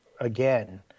again